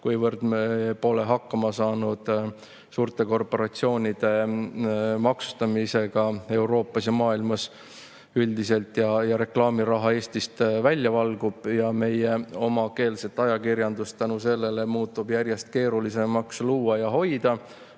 Kuivõrd me pole hakkama saanud suurte korporatsioonide maksustamisega Euroopas ja maailmas üldiselt ja reklaamiraha valgub Eestist välja ja meie omakeelset ajakirjandust on seetõttu järjest keerulisem luua ja hoida,